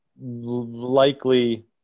likely